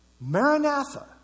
Maranatha